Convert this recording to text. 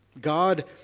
God